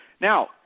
Now